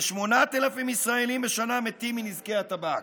כ-8,000 ישראלים בשנה מתים מנזקי הטבק,